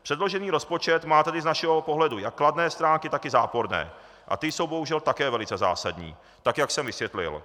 Předložený rozpočet má tedy z našeho pohledu jak kladné stránky, tak i záporné a ty jsou bohužel také velice zásadní, tak jak jsem vysvětlil.